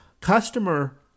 customer